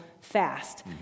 fast